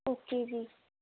okay ਜੀ